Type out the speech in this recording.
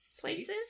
places